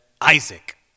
Isaac